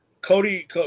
Cody